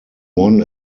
won